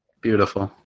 Beautiful